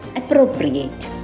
appropriate